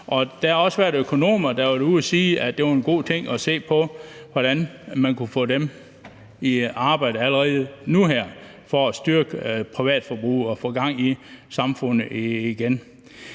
Der har også været økonomer ude at sige, at det er en god ting at se på, hvordan man kunne få dem ud at arbejde allerede nu her for at styrke privatforbruget og få gang i samfundet igen.